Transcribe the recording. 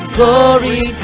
glory